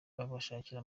kubashakira